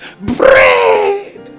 Bread